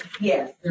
Yes